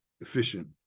efficient